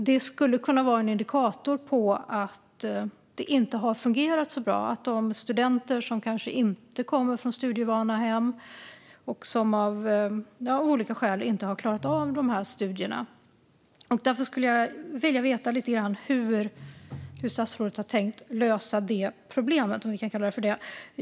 Det skulle kunna vara en indikation på att det inte har fungerat så bra och att studenter som kanske inte kommer från studievana hem av olika skäl inte har klarat av studierna. Därför skulle jag vilja veta lite grann hur statsrådet har tänkt lösa det problemet, om vi kan kalla det ett problem.